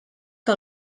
que